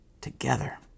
together